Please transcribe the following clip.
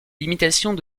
limitations